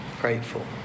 Grateful